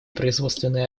производственные